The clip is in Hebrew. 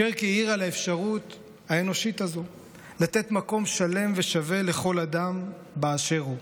שרקי העיר על האפשרות האנושית הזו לתת מקום שלם ושווה לכל אדם באשר הוא.